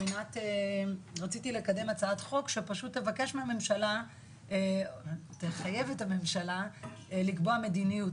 רציתי לקדם הצעת חוק שפשוט לחייב את הממשלה לקבוע מדיניות,